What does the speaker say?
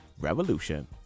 Revolution